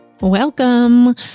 Welcome